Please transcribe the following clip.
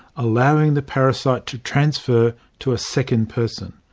allowing the parasite to transfer to a second person.